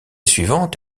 suivante